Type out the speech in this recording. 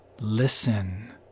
Listen